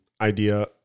idea